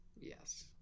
Yes